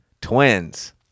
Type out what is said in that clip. twins